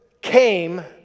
came